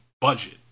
budget